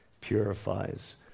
purifies